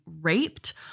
raped